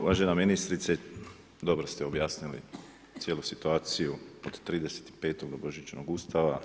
Uvažena ministrice dobro ste objasnili cijelu situaciju od 35. do Božićnog Ustava.